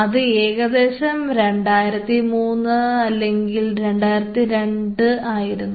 അത് ഏകദേശം 2003 അല്ലെങ്കിൽ 2002 ആയിരുന്നു